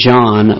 John